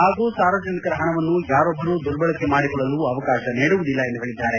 ಹಾಗೂ ಸಾರ್ವಜನಿಕರ ಹಣವನ್ನು ಯಾರೊಬ್ಬರು ದುರ್ಬಳಕೆ ಮಾಡಿಕೊಳ್ಳಲು ಅವಕಾಶ ನೀಡುವುದಿಲ್ಲ ಎಂದು ಹೇಳಿದ್ದಾರೆ